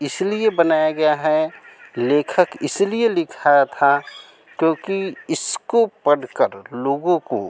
इसलिए बनाया गया है लेखक इसलिए लिखा था क्योंकि इसको पढ़कर लोगों को